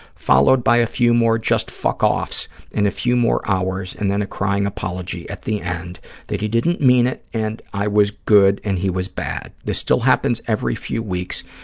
followed by a few more just-fuck-offs and a few more hours, and then a crying apology at the end that he didn't mean it and i was good and he was bad. this still happens every few weeks,